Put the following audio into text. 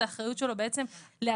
זאת אחריות שלו להטמיע.